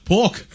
Pork